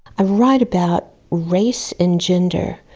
i write about race and gender,